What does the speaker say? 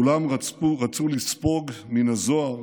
כולם רצו לספוג מן הזוהר